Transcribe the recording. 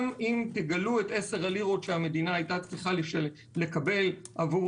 גם אם תגלו את עשר הלירות שהמדינה היתה צריכה לקבל עבור